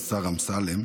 אמסלם,